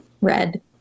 Red